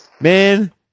Man